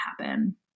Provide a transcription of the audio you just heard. happen